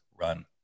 run